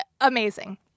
amazing